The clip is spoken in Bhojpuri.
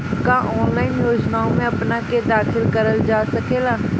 का ऑनलाइन योजनाओ में अपना के दाखिल करल जा सकेला?